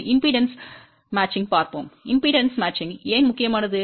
மின்மறுப்பு பொருத்தம் ஏன் முக்கியமானது